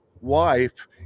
wife